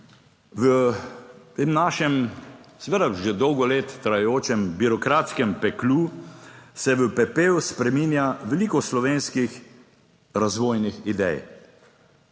našem, seveda že dolgo let trajajočem birokratskem peklu, se v pepel spreminja veliko slovenskih razvojnih idej.